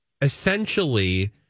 essentially